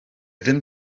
ddim